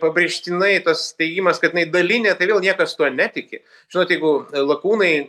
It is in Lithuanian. pabrėžtinai tas teigimas kad dalinė tai vėl niekas tuo netiki žinot jeigu lakūnai